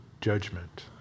judgment